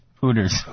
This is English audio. Hooters